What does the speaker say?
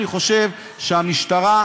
אני חושב שהמשטרה,